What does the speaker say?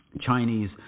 Chinese